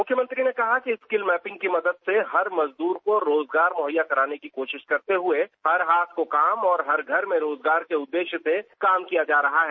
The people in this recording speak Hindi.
मुख्यमंत्री ने कहा कि स्किल मैपिंग की मदद से हम हर मजदूर को रोजगार मुहैया कराने की कोशिश करते हुए हर हाथ को काम और हर घर में रोजगार के उद्देश्य से काम कर रहे हैं